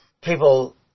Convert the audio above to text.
people